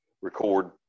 record